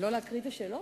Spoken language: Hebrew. להקריא את השאלות?